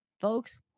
Folks